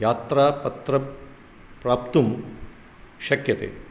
यात्रापत्रं प्राप्तुं शक्यते